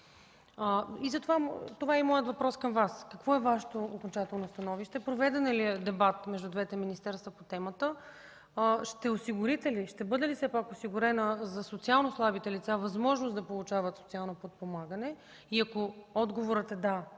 Това е и моят въпрос към Вас: какво е Вашето окончателно становище? Проведен ли е дебат между двете министерства по темата? Ще бъде ли все пак осигурена за социално слабите лица възможност да получават социално подпомагане? Ако отговорът е „да”,